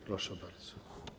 Proszę bardzo.